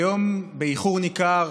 היום, באיחור ניכר,